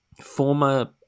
former